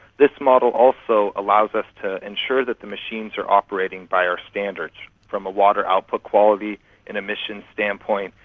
this model also allows us to ensure that the machines are operating by our standards, from a water output quality and emissions standpoint,